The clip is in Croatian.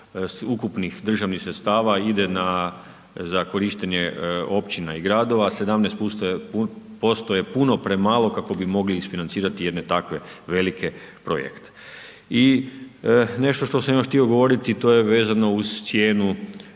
ukupnih državnih sredstava ide na, za korištenje općina i gradova, 17% je puno premalo kako bi mogli isfinancirati jedne takve velike projekte. I nešto što sam još htio govoriti to je vezano uz cijenu